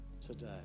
Today